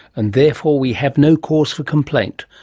and therefore we have no cause for complaint,